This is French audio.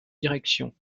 directions